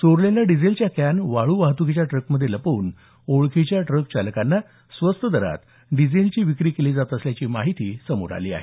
चोरलेल्या डिझेलच्या कॅन वाळू वाहत्कीच्या ट्रकमध्ये लपवून ओळखीच्या ट्रकचालकांना स्वस्त दरात डिझेलची विक्री केली जात असल्याची माहिती समोर आली आहे